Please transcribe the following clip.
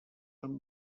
amb